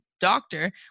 Doctor